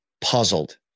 puzzled